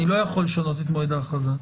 אני לא יכול לשנות את מועד ההכרזה.